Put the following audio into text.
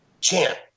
champ